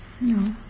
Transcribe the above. No